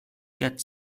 quatre